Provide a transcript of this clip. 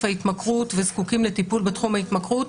ההתמכרות וזקוקים לטיפול בתחום ההתמכרות.